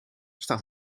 staat